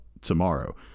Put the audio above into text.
tomorrow